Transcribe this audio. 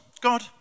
God